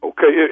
Okay